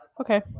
Okay